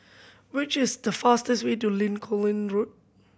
which is the fastest way to Lincoln Ling Road